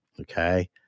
Okay